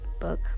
book